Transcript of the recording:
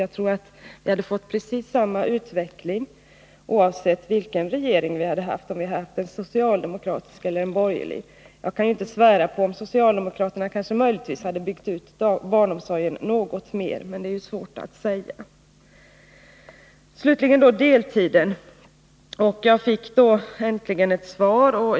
Jag tror att det hade varit precis samma utveckling, oavsett vilken regering vi haft, socialdemokratisk eller borgerlig. Möjligen hade kanske socialdemokraterna byggt ut barnomsorgen något mer, men det är svårt att säga. Jag fick äntligen ett svar av arbetsmarknadsministern när det gäller deltiden.